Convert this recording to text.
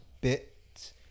bit